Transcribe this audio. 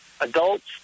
adults